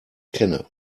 kenne